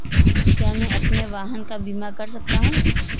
क्या मैं अपने वाहन का बीमा कर सकता हूँ?